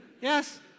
Yes